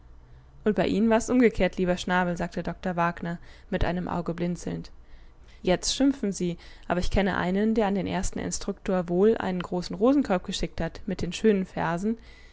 und bei ihnen war's umgekehrt lieber schnabel sagte doktor wagner mit einem auge blinzelnd jetzt schimpfen sie aber ich kenne einen der an den ersten instruktor wol einen großen rosenkorb geschickt hat mit den schönen versen